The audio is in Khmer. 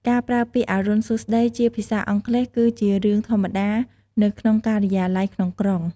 ការប្រើពាក្យ "អរុណសួស្តី" ជាភាសាអង់គ្លេសគឺជារឿងធម្មតានៅក្នុងការិយាល័យក្នុងក្រុង។